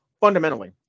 fundamentally